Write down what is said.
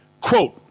Quote